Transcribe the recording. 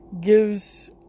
gives